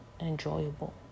enjoyable